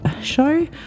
show